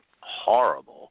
horrible